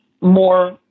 more